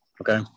Okay